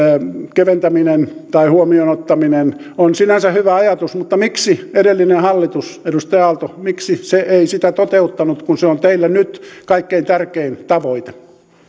keventäminen tai huomioon ottaminen on sinänsä hyvä ajatus mutta miksi edellinen hallitus edustaja aalto ei sitä toteuttanut kun se on teille nyt kaikkein tärkein tavoite